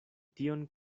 tion